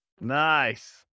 Nice